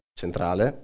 centrale